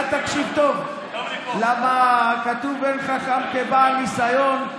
אתה תקשיב טוב, כי כתוב "אין חכם כבעל ניסיון",